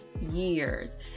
years